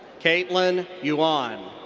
kaitlyn yuan.